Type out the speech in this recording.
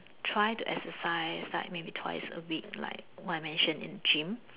try to exercise like maybe twice a week like I mention in gym